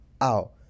out